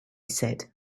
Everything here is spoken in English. said